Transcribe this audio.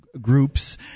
groups